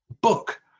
book